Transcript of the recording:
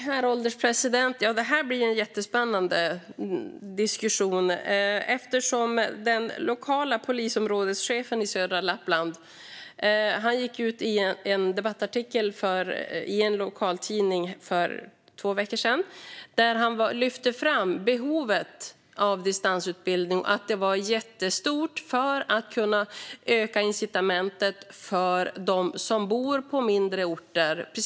Herr ålderspresident! Det här blir en jättespännande diskussion. Den lokala polisområdeschefen i södra Lappland gick ut med en debattartikel i en lokaltidning för två veckor sedan. Där lyfte han fram att behovet av distansutbildning är jättestort för att kunna öka incitamenten för dem som bor på mindre orter att söka sig till yrket.